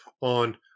on